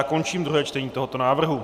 Končím druhé čtení tohoto návrhu.